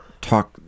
talk